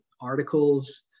articles